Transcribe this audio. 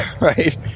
right